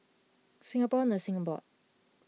Singapore Nursing Board